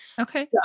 Okay